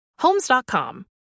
Homes.com